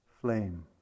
flame